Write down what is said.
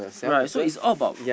right so it's all about